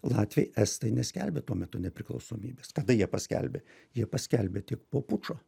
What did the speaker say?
latviai estai neskelbė tuo metu nepriklausomybės kada jie paskelbė jie paskelbė tik po pučo